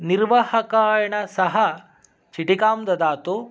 निर्वहकायेण सह चीटिकां ददातु